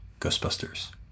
ghostbusters